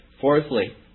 Fourthly